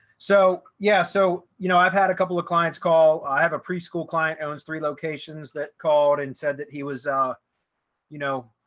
so yeah, so you know, i've had a couple of clients call i have a preschool client owns three locations that called and said that he was ah you know,